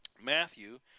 Matthew